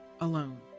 alone